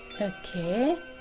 okay